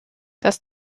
das